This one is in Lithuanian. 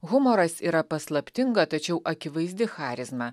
humoras yra paslaptinga tačiau akivaizdi charizma